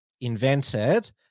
invented